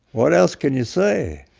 what else can you say?